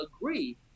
agree